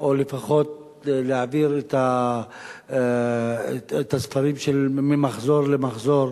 או לפחות להעביר את הספרים ממחזור למחזור,